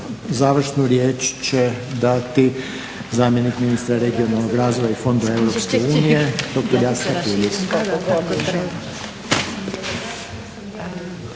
završnu riječ će dati zamjenik ministra regionalnog razvoja i fondova EU Jakša Puljiz.